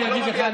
אני אגיד לך,